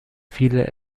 viele